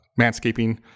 manscaping